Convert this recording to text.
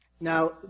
Now